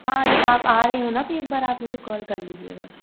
हाँ हाँ जब आप आ रहे हो ना तो एक बार आप मुझे कॉल कर लीजिएगा